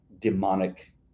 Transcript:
demonic